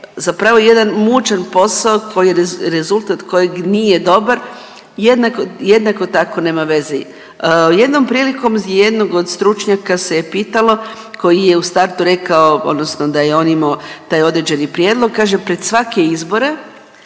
zapravo jedan mučan posao koji je rezultat kojeg nije dobar, jednako tako nema veze. Jednom prilikom jednog od stručnjak se je pitalo koji je u startu rekao odnosno da je on imao taj određeni prijedlog, kaže pred svake izbore